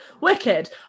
wicked